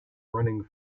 running